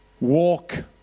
walk